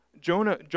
Jonah